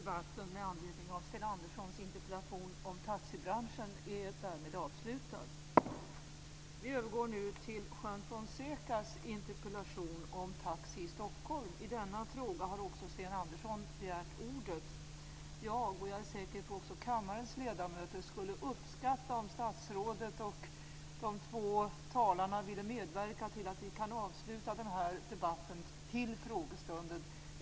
Jag, och - är jag säker på - också kammarens ledamöter, skulle uppskatta om statsrådet och de två talarna ville medverka till att vi kan avsluta denna debatt före frågestunden.